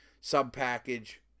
sub-package